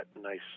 nice